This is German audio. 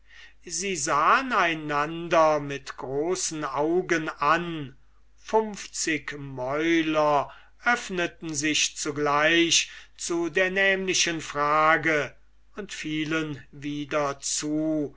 sie sahen einander mit großen augen an funfzig mäuler öffneten sich zugleich zu der nämlichen frage und fielen wieder zu